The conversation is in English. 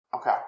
okay